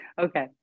Okay